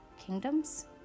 Kingdoms